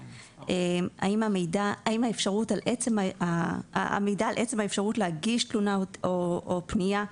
האם העמידה על עצם האפשרות להגיש תלונות או פניות,